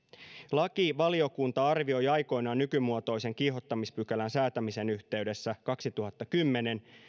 lakivaliokunta arvioi aikoinaan nykymuotoisen kiihottamispykälän säätämisen yhteydessä kaksituhattakymmenen